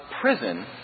prison